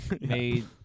made